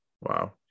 Wow